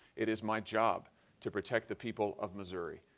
it is my job to protect the people of missouri.